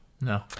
No